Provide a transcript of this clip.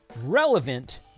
relevant